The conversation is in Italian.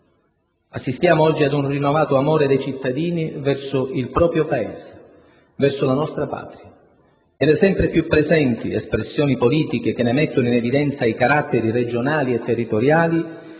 Assistiamo oggi ad un rinnovato amore dei cittadini verso il proprio Paese, verso la nostra patria. Le sempre più presenti espressioni politiche che ne mettono in evidenza i caratteri regionali e territoriali